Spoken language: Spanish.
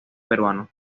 peruano